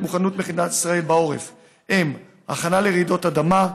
מוכנות מדינת ישראל בעורף הם הכנה לרעידות אדמה,